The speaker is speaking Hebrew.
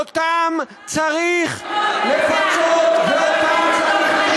לא נכון, אותם צריך לפצות, ואותם צריך לממן.